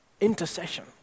Intercession